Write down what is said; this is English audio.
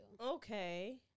Okay